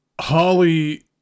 Holly